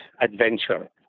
adventure